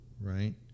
right